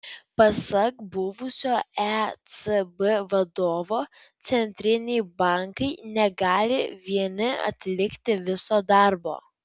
pasak buvusio ecb vadovo centriniai bankai negali vieni atlikti viso darbo